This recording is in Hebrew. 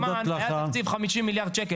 אם היה תקציב חמישים מיליארד שקל